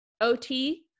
ot